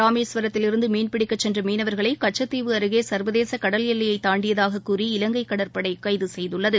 ராமேஸ்வரத்தில் இருந்துமீன்பிடிக்கசென்றமீனவர்களைகச்சத்தீவு அருகேசர்வதேச கடல் எல்லையைதாண்டியதாகக் கூறி இலங்கைகடற்படைகைதுசெய்துள்ளது